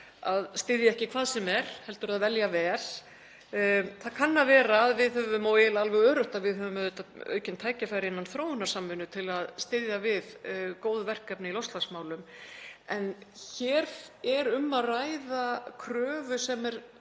að styðja ekki hvað sem er heldur velja vel. Það kann að vera að við höfum og eiginlega alveg öruggt að við höfum auðvitað aukin tækifæri innan þróunarsamvinnu til að styðja við góð verkefni í loftslagsmálum. En hér er um að ræða kröfu sem er